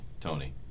Tony